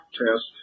test